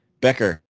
Becker